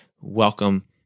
welcome